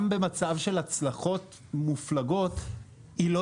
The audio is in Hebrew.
גם במצב של הצלחות מופלגות היצירה הישראלית היא לא